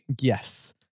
yes